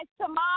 tomorrow